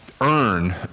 earn